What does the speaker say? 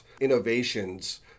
innovations